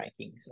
rankings